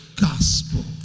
gospel